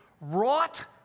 wrought